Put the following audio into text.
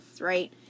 right